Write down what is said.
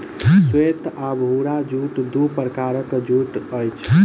श्वेत आ भूरा जूट दू प्रकारक जूट अछि